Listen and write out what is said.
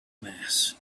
mass